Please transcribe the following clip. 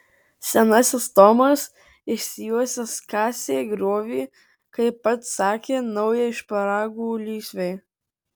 senasis tomas išsijuosęs kasė griovį kaip pats sakė naujai šparagų lysvei